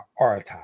prioritize